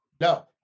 No